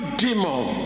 demon